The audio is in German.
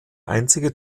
einzige